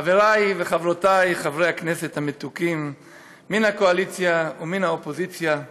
חבריי וחברותיי חברי הכנסת המתוקים מן הקואליציה ומן האופוזיציה,